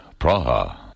Praha